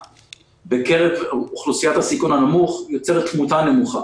בקרב אוכלוסיית הסיכון הנמוך יוצרת תמותה נמוכה